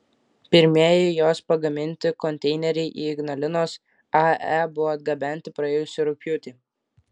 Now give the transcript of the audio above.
pirmieji jos pagaminti konteineriai į ignalinos ae buvo atgabenti praėjusį rugpjūtį